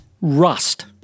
rust